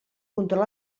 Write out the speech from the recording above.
control